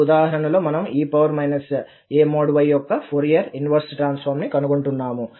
ఈ ఉదాహరణలో మనము e a|y| యొక్క ఫోరియర్ ఇన్వెర్స్ ట్రాన్సఫార్మ్ ను కనుగొంటాము